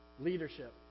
leadership